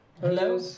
Hello